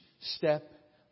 step